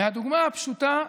הדוגמה הפשוטה,